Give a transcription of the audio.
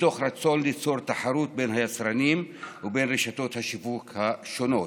מתוך רצון ליצור תחרות בין היצרנים ובין רשתות השיווק השונות.